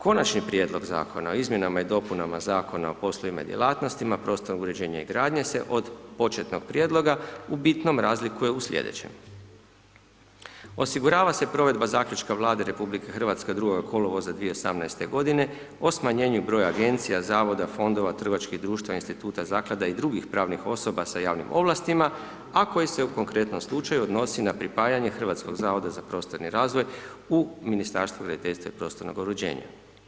Konačni prijedlog Zakona o izmjenama i dopunama Zakona o poslovima i djelatnostima, prostornog uređenja i gradnje se od početnog prijedloga u bitnom razlikuje u slijedećem, osigurava se provedba Zaključka Vlade RH od 2. kolovoza 2018.-te godine o smanjenju broja Agencija, Zavoda, Fondova, trgovačkih društava, Instituta, Zaklada i drugih pravnih osoba sa javnim ovlastima, a koji se u konkretnom slučaju odnosi na pripajanje Hrvatskog zavoda za prostorni razvoj u Ministarstvu graditeljstva i prostornog uređenja.